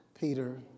Peter